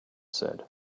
said